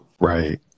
Right